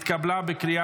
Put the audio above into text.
נתקבל.